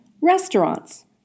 Restaurants